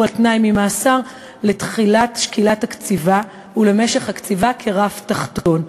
על-תנאי ממאסר לתחילת שקילת הקציבה ולמשך הקציבה כרף תחתון,